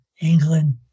England